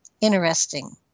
interesting